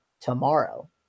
tomorrow